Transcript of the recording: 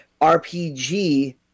RPG